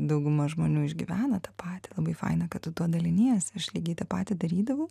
dauguma žmonių išgyvena tą patį labai faina kad tu tuo daliniesi aš lygiai tą patį darydavau